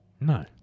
No